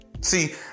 See